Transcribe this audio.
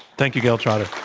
thank you, gayle trotter.